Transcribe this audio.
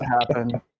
happen